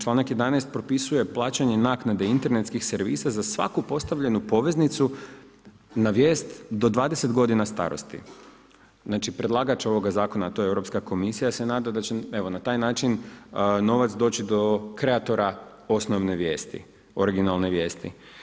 Članak 11. propisuje plaćanje naknade internetskih servisa za svaku postavljenu poveznicu na vijest do 20 godina starosti, znači predlagač ovoga zakona, a to je Europska komisija se nada da će evo na taj način novac doći do kreatora osnovne vijesti, originalne vijesti.